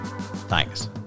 thanks